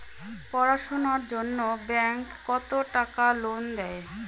পড়াশুনার জন্যে ব্যাংক কত টাকা লোন দেয়?